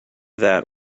that